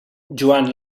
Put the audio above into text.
joan